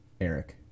Eric